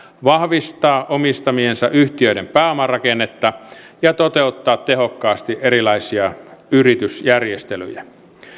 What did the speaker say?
vahvistaa omistamiensa yhtiöiden pääomarakennetta ja toteuttaa tehokkaasti erilaisia yritysjärjestelyjä